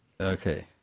Okay